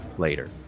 Later